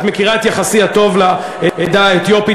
את מכירה את יחסי הטוב לעדה האתיופית,